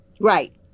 Right